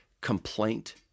complaint